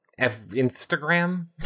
Instagram